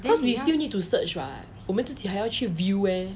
cause we still need to search [what] 我们自己还要去 view eh